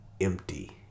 empty